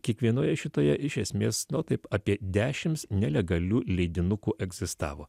kiekvienoje šitoje iš esmės nu taip apie dešimt nelegalių leidinukų egzistavo